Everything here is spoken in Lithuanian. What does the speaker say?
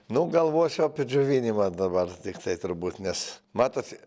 nu galvosiu apie džiovinimą dabar tiktai turbūt nes matot